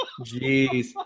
Jeez